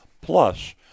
plus